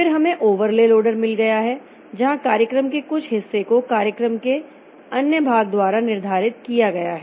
फिर हमें overlay loader मिल गए हैं जहां कार्यक्रम के कुछ हिस्से को कार्यक्रम के कुछ अन्य भाग द्वारा निर्धारित किया गया है